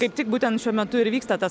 kaip tik būtent šiuo metu ir vyksta tas